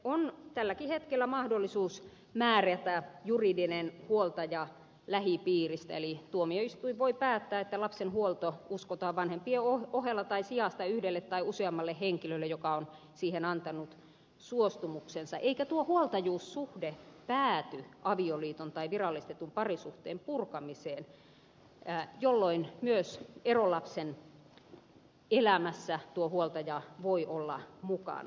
lapselle on tälläkin hetkellä mahdollisuus määrätä juridinen huoltaja lähipiiristä eli tuomioistuin voi päättää että lapsen huolto uskotaan vanhempien ohella tai sijasta yhdelle tai useammalle henkilölle jonka tai joiden suostumus siihen on eikä tuo huoltajuussuhde pääty avioliiton tai virallistetun parisuhteen purkamiseen jolloin myös erolapsen elämässä tuo huoltaja voi olla mukana